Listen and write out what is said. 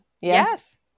Yes